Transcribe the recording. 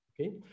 okay